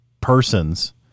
persons